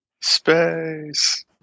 Space